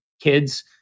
kids